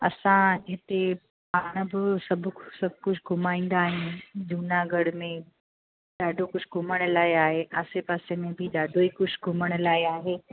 असां हिते पाण बि सभु सभु कुझु घुमाईंदा आहियूं जूनागढ़ में ॾाढो कुझु घुमण लाइ आहे आसे पासे में बि ॾाढो ई कुझु घुमण लाइ आहे